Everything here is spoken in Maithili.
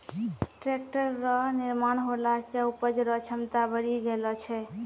टैक्ट्रर रो निर्माण होला से उपज रो क्षमता बड़ी गेलो छै